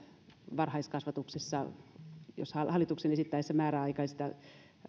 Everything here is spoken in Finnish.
varhaiskasvatuksessa jos hallituksen esittäessä määräaikaista